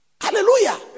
hallelujah